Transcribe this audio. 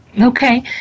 Okay